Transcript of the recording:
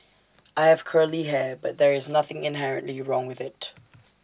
I have curly hair but there is nothing inherently wrong with IT